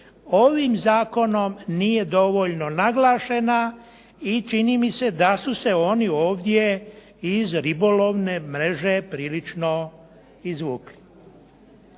ovim zakonom nije dovoljno naglašena i čini mi se da su se oni ovdje iz ribolovne mreže prilično izvukli.